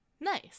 Nice